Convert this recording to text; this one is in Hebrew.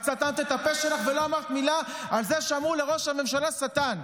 אני באמת שומע קריאות והסתה נוראית כנגד ראש ממשלת ישראל.